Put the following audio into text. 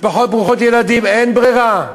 משפחות ברוכות ילדים, אין ברירה,